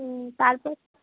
হুম তারপর